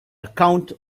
account